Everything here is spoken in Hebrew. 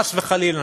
חס וחלילה,